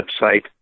website